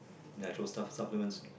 natural stuff supplements